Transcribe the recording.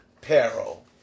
peril